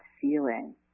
feeling